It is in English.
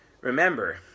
Remember